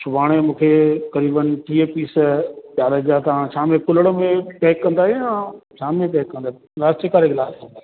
सुभाणे मूंखे क़रीबनि टीह पीस ॻाढ़े जा तव्हां कुल्हण में पैक कंदायो या छा में पैक कंदा आहियो प्लास्टिक वारे गिलास में